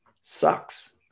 sucks